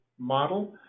Model